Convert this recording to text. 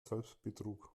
selbstbetrug